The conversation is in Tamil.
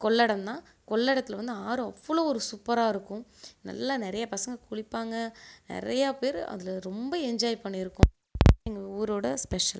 கொள்ளிடந்தான் கொள்ளிடத்துல வந்து ஆறு அவ்வளோ ஒரு சூப்பராயிருக்கும் நல்ல நிறைய பசங்கள் குளிப்பாங்க நிறைய பேர் அதில் ரொம்ப என்ஜாய் பண்ணியிருக்கோம் எங்கள் ஊரோடய ஸ்பெஷல்